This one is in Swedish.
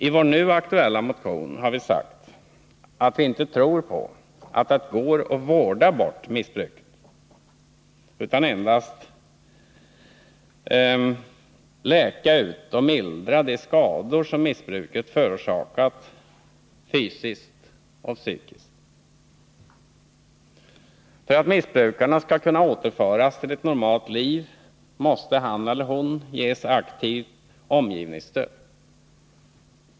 I vår nu aktuella motion har vi sagt att vi inte tror på att det går att vårda bort missbruket utan endast att läka ut och mildra de skador som missbruket förorsakat fysiskt och psykiskt. För att en missbrukare skall kunna återföras till ett normalt liv måste han eller hon ges aktivt stöd av omgivningen.